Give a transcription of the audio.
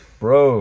bro